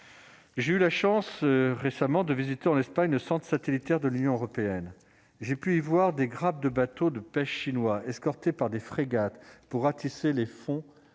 J'ai eu la chance récemment de visiteurs n'pas une sorte satellitaire de l'Union européenne, j'ai pu voir des grappes de bateaux de pêche chinois, est ce que. C'est par des frégates pour ratisser les fonds